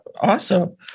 awesome